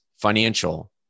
financial